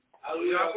Hallelujah